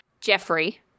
Jeffrey